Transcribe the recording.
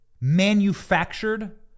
manufactured